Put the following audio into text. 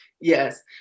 Yes